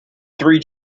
three